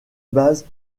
base